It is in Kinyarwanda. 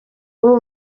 ubu